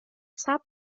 صبر